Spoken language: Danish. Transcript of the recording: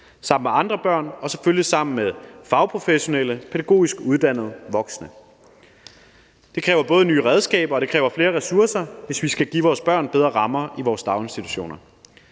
sammen med fagprofessionelle, pædagogisk uddannede voksne. Det kræver både nye redskaber, og det kræver flere ressourcer, hvis vi skal give vores børn bedre rammer i vores daginstitutioner: